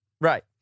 Right